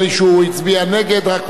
אני לא משנה את ההצבעה, אני רק מודיע.